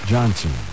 Johnson